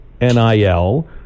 NIL